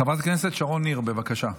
חברת הכנסת שרון ניר, בבקשה.